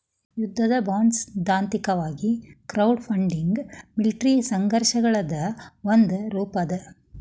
ಯುದ್ಧದ ಬಾಂಡ್ಸೈದ್ಧಾಂತಿಕವಾಗಿ crowdfunding military ಸಂಘರ್ಷಗಳದ್ ಒಂದ ರೂಪಾ ಅದ